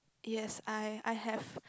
yes I I have